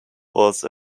was